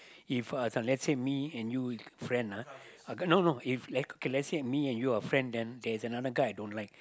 if uh this one let's say me and you friend ah no no if let okay let's say me and you are friend then there's another guy I don't like